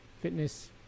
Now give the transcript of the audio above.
fitness